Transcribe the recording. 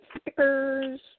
stickers